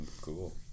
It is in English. cool